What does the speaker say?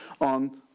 on